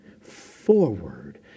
forward